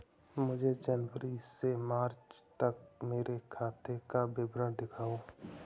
मुझे जनवरी से मार्च तक मेरे खाते का विवरण दिखाओ?